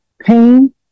pain